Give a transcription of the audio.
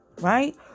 right